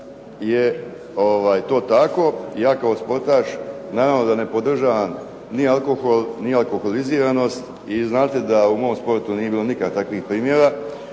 je to tako. Ja kao sportaš naravno da ne podržavam ni alkohol ni alkoholiziranost. I znate da u mom sportu nikada nije bilo takvih primjera.